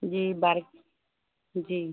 जी बार जी